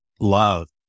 love